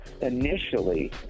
Initially